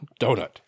Donut